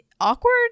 awkward